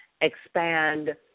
expand